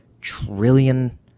trillion